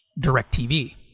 Directv